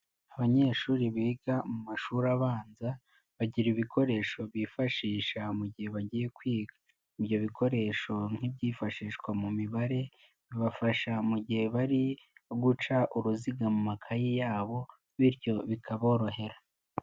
Abanyeshuri biga mu mashuri abanza bagira ibikoresho bifashisha mu gihe bagiye kwiga. Ibyo bikoresho nk'ibyifashishwa mu mibare, bibafasha mu gihe bari guca uruziga mu makaye yabo bityo bikaborohera.